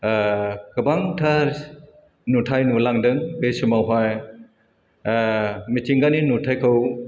ओह गोबांथार नुथाइ नुलांदों बे समावहाय ओह मिथिगानि नुथाइखौ